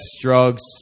drugs